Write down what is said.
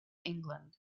england